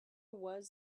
was